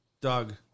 doug